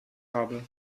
habe